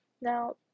Now